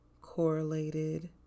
correlated